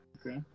okay